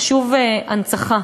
חשובה הנצחה,